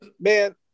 man